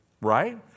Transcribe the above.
Right